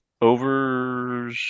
over